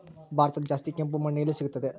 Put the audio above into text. ಭಾರತದಲ್ಲಿ ಜಾಸ್ತಿ ಕೆಂಪು ಮಣ್ಣು ಎಲ್ಲಿ ಸಿಗುತ್ತದೆ?